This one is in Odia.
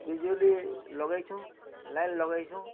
ବିଜୁଳି ଲଗେଇଛୁ ଲାଇନ୍ ଲଗେଇସୁଁ